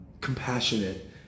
compassionate